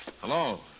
Hello